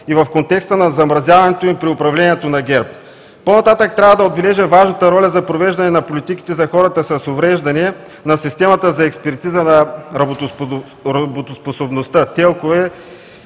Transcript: и в контекста на замразяването им по време при управлението на ГЕРБ. По-нататък трябва да отбележа важната роля за провеждане на политиките за хората с увреждания на системата за експертиза на работоспособността –